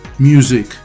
music